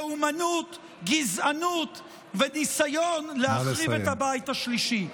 לאומנות, גזענות וניסיון להחריב את הבית השלישי.